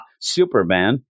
Superman